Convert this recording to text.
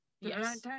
yes